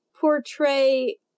portray